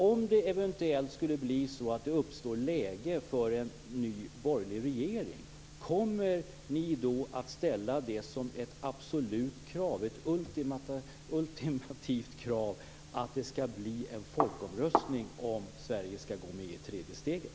Om det eventuellt skulle bli läge för en ny borgerlig regering, kommer ni då att ställa ett ultimativt krav att det skall bli en folkomröstning om huruvida Sverige skall gå med i tredje steget?